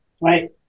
Right